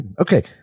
Okay